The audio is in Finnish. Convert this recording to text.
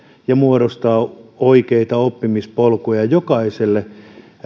ja muodostaa oikeita oppimispolkuja jokaiselle